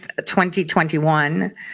2021